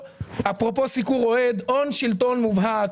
אפרופו סיקור אוהד יש פה הון-שלטון מובהק.